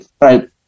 right